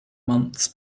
months